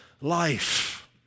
life